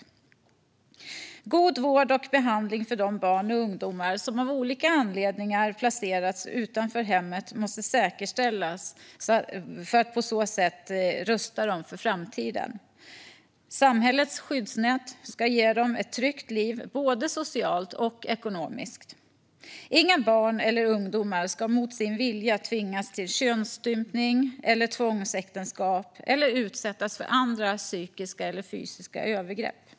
En god vård och behandling av de barn och ungdomar som av olika anledningar har placerats utanför hemmet måste säkerställas för att de ska kunna rustas för framtiden. Samhällets skyddsnät ska ge dem ett tryggt liv både socialt och ekonomiskt. Inga barn eller ungdomar ska mot sin vilja tvingas till könsstympning eller tvångsäktenskap eller utsättas för andra psykiska eller fysiska övergrepp.